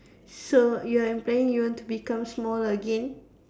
so you are implying you want to become small again